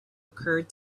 occurred